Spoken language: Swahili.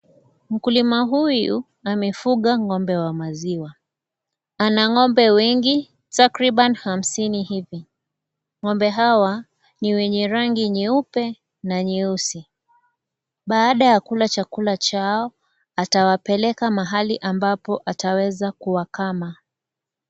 Mkulima huyu amefuga ng'ombe wa maziwa. Ana ng'ombe wengi takriban hamsini hivi. Ng'ombe hawa ni wenye rangi nyeupe na nyeusi. Baada ya kula chakula chao atawapeleka mahali ambapo ataweza kuwakama.